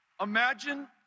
Imagine